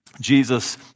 Jesus